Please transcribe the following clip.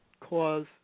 cause